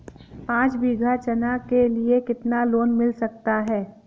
पाँच बीघा चना के लिए कितना लोन मिल सकता है?